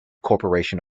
corporation